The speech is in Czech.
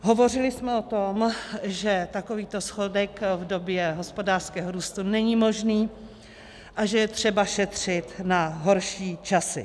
Hovořili jsme o tom, že takovýto schodek v době hospodářského růstu není možný a že je třeba šetřit na horší časy.